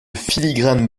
filigrane